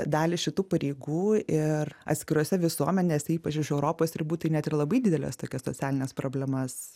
dalį šitų pareigų ir atskirose visuomenėse ypač už europos ribų tai net ir labai dideles tokias socialines problemas